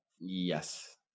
Yes